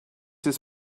his